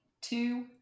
two